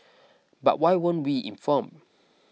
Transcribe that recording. but why weren't we informed